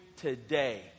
today